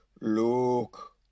Look